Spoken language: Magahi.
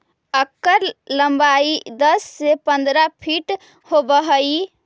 एकर लंबाई दस से पंद्रह फीट होब हई